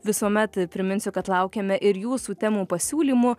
visuomet priminsiu kad laukiame ir jūsų temų pasiūlymų